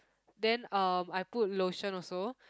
then um I put lotion also